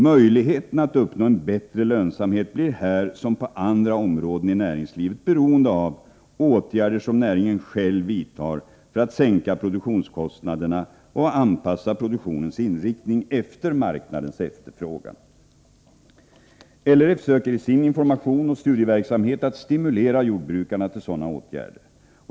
Möjligheterna att uppnå en bättre lönsamhet blir här som på andra områden i näringslivet beroende av åtgärder som näringen själv vidtar för att sänka produktionskostnaderna och anpassa produktionens inriktning efter marknadens efterfrågan. LRF söker i sin information och studieverksamhet att stimulera jordbrukarna till sådana åtgärder.